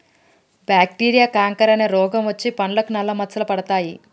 bacteria canker అనే రోగం వచ్చి పండ్లకు నల్ల మచ్చలు పడతాయి